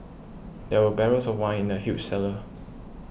there were barrels of wine in the huge cellar